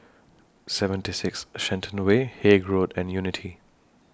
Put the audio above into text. seventy six Shenton Way Haig Road and Unity